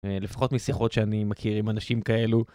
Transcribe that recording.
לפחות משיחות שאני מכיר עם אנשים כאלו.